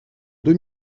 deux